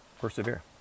Persevere